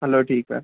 हलो ठीकु आहे